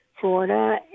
Florida